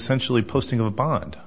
sentially posting a bond